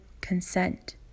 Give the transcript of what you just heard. consent